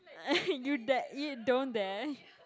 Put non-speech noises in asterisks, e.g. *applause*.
*laughs* you dare you don't dare